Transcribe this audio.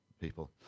people